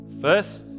first